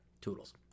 Toodles